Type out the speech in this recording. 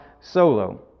solo